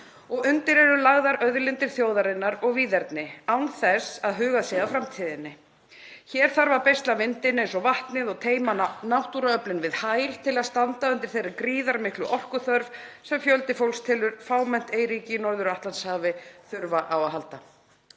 Undir eru lagðar auðlindir þjóðarinnar og víðerni án þess að hugað sé að framtíðinni. Hér þarf að beisla vindinn eins og vatnið og teyma náttúruöflin við hæl til að standa undir þeirri gríðarmiklu orkuþörf sem fjöldi fólks telur fámennt eyríki í Norður-Atlantshafi þurfa á að halda.